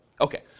Okay